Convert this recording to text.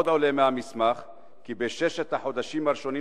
עוד עולה מהמסמך כי בששת החודשים הראשונים